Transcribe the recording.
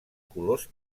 colors